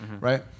Right